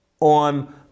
on